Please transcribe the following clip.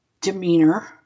demeanor